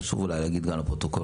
חשוב אולי להגיד גם לפרוטוקול,